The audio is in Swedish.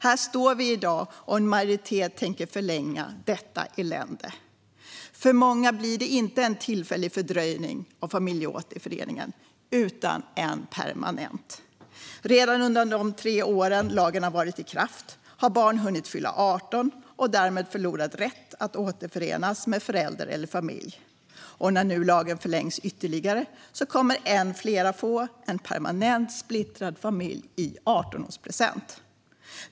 Här står vi i dag, och en majoritet tänker förlänga detta elände. För många blir det inte en tillfällig fördröjning av familjeåterföreningen, utan en permanent. Redan under de tre år lagen varit i kraft har barn hunnit fylla 18 och därmed förlorat rätten att återförenas med förälder eller familj. När nu lagen förlängs ytterligare kommer än fler att få en permanent splittrad familj i 18-årspresent.